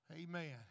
Amen